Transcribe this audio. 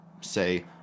say